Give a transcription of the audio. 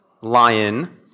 lion